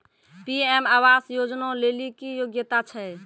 PM आवास योजना लेली की योग्यता छै?